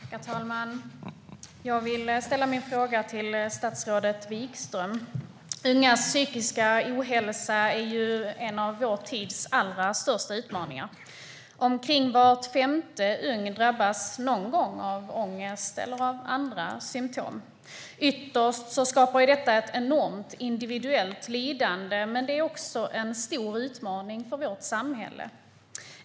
Herr talman! Jag vill ställa min fråga till statsrådet Wikström. Ungas psykiska ohälsa är en av vår tids allra största utmaningar. Omkring var femte ung person drabbas någon gång av ångest eller av andra symtom. Ytterst skapar detta ett enormt individuellt lidande, men det är också en stor utmaning för vårt samhälle.